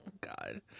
God